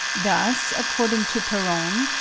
thus, according to peron,